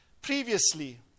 previously